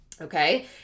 okay